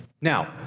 Now